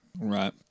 Right